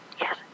Yes